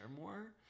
more